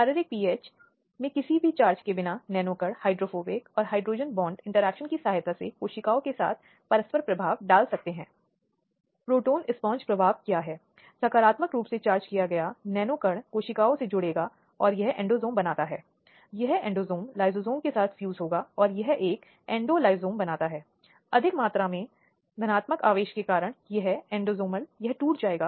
इससे पहले कि हम कुछ निर्णयों की ओर बढ़ें हम इस बात पर जोर दे सकते हैं कि भारत में हमारे पास जो व्यवस्था थी वह मूल रूप से अभियोजन पक्ष और बचाव पक्ष के पक्षकारों की है जिन्हें मामले को अदालत के समक्ष लाना है